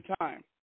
time